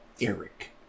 Eric